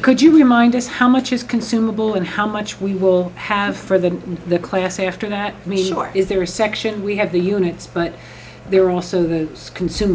could you remind us how much is consumable and how much we will have for the class after that meeting or is there a section we have the units but we're also the consum